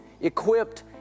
equipped